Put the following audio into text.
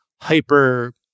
hyper